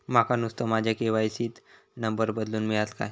माका नुस्तो माझ्या के.वाय.सी त नंबर बदलून मिलात काय?